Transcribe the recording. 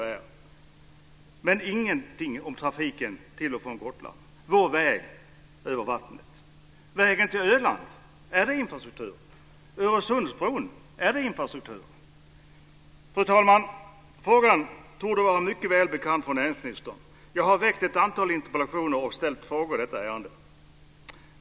Dock sägs ingenting om trafiken till och från Gotland, om vår väg över vattnet. Vägen till Öland, är det infrastruktur? Öresundsbron, är det infrastruktur? Fru talman! Frågan torde vara mycket välbekant för näringsministern. Jag har framställt ett antal interpellationer och ställt frågor i detta ärende.